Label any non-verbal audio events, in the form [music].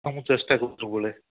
ହଁ ମୁଁ ଚେଷ୍ଟା [unintelligible] ସବୁବେଳେ